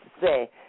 say